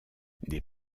des